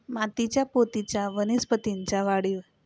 मातीच्या पोतचा वनस्पतींच्या वाढीवर कसा परिणाम करतो?